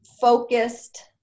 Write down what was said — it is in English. focused